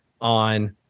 on